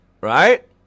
right